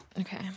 Okay